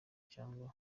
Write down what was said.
cyangwa